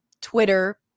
Twitter